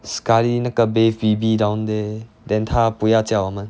sekali 那个 bae phoebe down there then 他不要叫我们